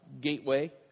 Gateway